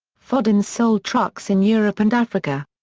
fodens sold trucks in europe and africa.